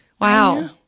Wow